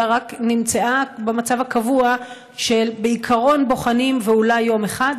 אלא רק נמצאה במצב הקבוע של "בעיקרון בוחנים ואולי יום אחד",